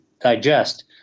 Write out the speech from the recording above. digest